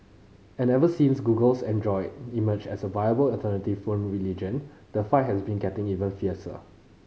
and ever since Google's Android emerged as a viable alternative phone religion the fight has been getting even fiercer